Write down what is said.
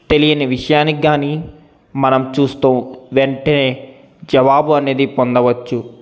తెలియని విషయానికి కానీ మనం చూస్తూ వెంటనే జవాబు అనేది పొందవచ్చు